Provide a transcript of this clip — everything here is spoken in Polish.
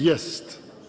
Jest.